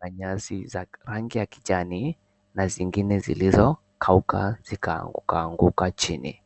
na nyasi za rangi ya kijani na zingine zilizo kauka na kuanguka anguka chini.